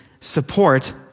support